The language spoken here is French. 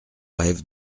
rêve